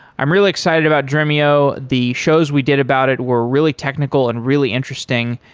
i'm really excited about dremio. the shows we did about it were really technical and really interesting.